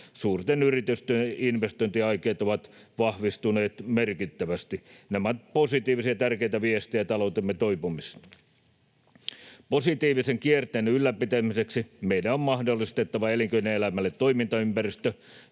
suurten yritysten investointiaikeet ovat vahvistuneet merkittävästi. Nämä ovat positiivisia ja tärkeitä viestejä taloutemme toipumisesta. Positiivisen kierteen ylläpitämiseksi meidän on mahdollistettava elinkeinoelämälle toimintaympäristö,